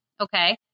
Okay